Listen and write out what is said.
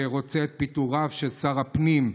שרוצה את פיטוריו של שר הפנים.